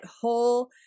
whole